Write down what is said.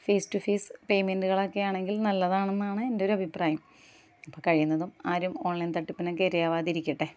face to face പേയ്മെൻറുകൾ ഒക്കെയാണെങ്കിൽ നല്ലതാണെന്നാണ് എൻ്റെ ഒരഭിപ്രായം അപ്പം കഴിയുന്നതും ആരും ഓൺലൈൻ തട്ടിപ്പിനൊക്കെ ഇരയാവാതിരിക്കട്ടെ